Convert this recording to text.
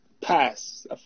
pass